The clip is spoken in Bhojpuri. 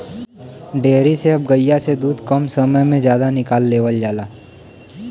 डेयरी से अब गइया से दूध कम समय में जादा निकाल लेवल जाला